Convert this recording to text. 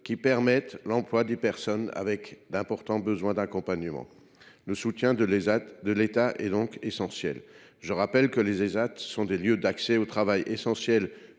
qui permette l’emploi des personnes avec d’importants besoins d’accompagnement. Le soutien de l’État est donc indispensable. Je le rappelle, les Ésat sont des lieux d’accès au travail essentiels